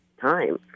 time